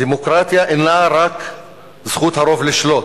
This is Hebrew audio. דמוקרטיה אינה רק זכות הרוב לשלוט.